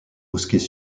mosquées